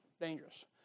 dangerous